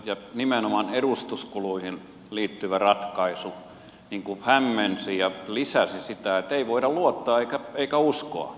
ja nimenomaan edustuskuluihin liittyvä ratkaisu hämmensi ja lisäsi sitä että ei voida luottaa eikä uskoa